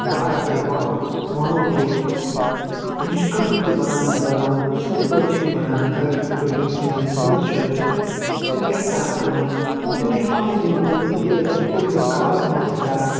بہٕ اگر تۄہہِ ونو کہِ یہِ چھِ کدل تہِ بنان یہِ زبان سُہ کِتھ پٲٹھۍ چھِ بانان اگر أسۍ وٕچھو یِم سٲنۍ بٕڈٕ چھِ تِم کیٚاہ چھِ کران کٲم تِم چھِ پنٕنۍ یِم تِم یہِ ٲسۍ تِم پٔتِمِس کالس منٛز ٲسۍ کران